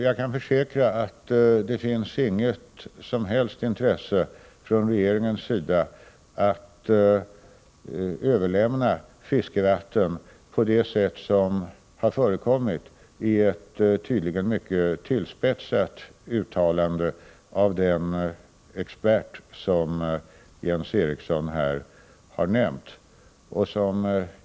Jag kan försäkra att det från regeringens sida inte finns något som helst intresse av att överlämna fiskevatten på det sätt som — i ett tydligen mycket tillspetsat uttalande — har angetts av den expert som Jens Eriksson här har nämnt.